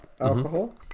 alcohol